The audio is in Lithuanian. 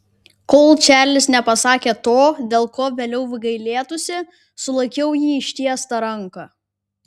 kol čarlis nepasakė to dėl ko vėliau gailėtųsi sulaikiau jį ištiesta ranka